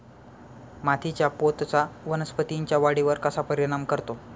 मातीच्या पोतचा वनस्पतींच्या वाढीवर कसा परिणाम करतो?